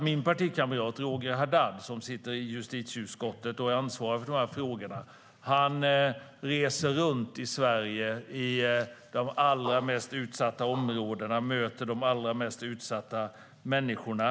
Min partikamrat Roger Haddad i justitieutskottet, som är ansvarig för dessa frågor, reser runt i Sverige till de allra mest utsatta områdena och möter de allra mest utsatta människorna.